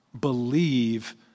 believe